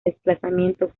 desplazamiento